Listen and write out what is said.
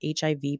HIV